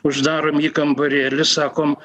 uždarom į kambarėlį sakom